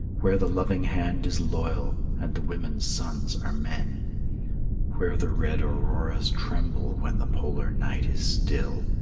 where the loving hand is loyal, and the women's sons are men where the red auroras tremble when the polar night is still,